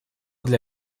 для